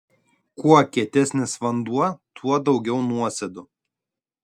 kuo kietesnis vanduo tuo daugiau nuosėdų